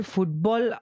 Football